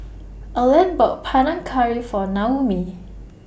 Erland bought Panang Curry For Noemie